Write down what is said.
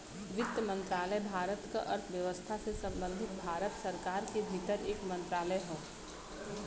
वित्त मंत्रालय भारत क अर्थव्यवस्था से संबंधित भारत सरकार के भीतर एक मंत्रालय हौ